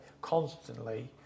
constantly